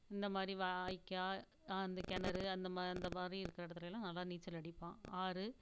இந்த மாதிரி வாய்க்கால் அந்த கிணறு அந்த அந்த மாதிரி இருக்கிற இடத்துலேலாம் நல்லா நீச்சல் அடிப்பான் ஆறு